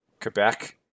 Quebec